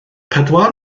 pedwar